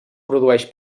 produeix